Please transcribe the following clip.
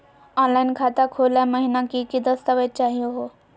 Online खाता खोलै महिना की की दस्तावेज चाहीयो हो?